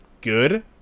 good